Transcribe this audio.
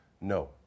No